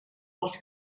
els